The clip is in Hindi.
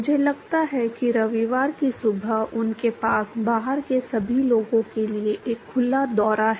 मुझे लगता है कि रविवार की सुबह उनके पास बाहर के सभी लोगों के लिए एक खुला दौरा है